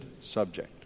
subject